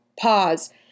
pause